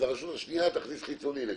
אבל הרשות השנייה תכניס חיצוני,